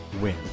win